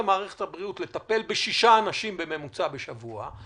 למערכת הבריאות לטפל ב-6 אנשים בממוצע בשבוע,